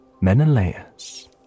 Menelaus